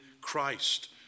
Christ